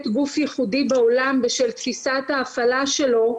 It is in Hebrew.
גוף ייחודי בעולם בשל תפיסת ההפעלה שלו,